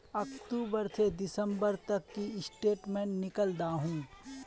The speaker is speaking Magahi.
अक्टूबर से दिसंबर तक की स्टेटमेंट निकल दाहू?